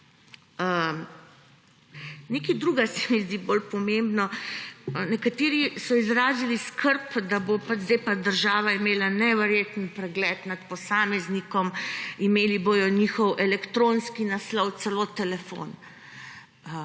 Nekaj drugega se mi zdi bolj pomembno. Nekateri so izrazili skrb, da bo zdaj pa država imela neverjeten pregled nad posameznikom, imeli bodo njihov elektronski naslov, celo telefon.